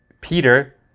Peter